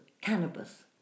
cannabis